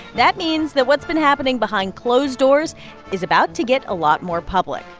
that means that what's been happening behind closed doors is about to get a lot more public.